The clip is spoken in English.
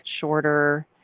shorter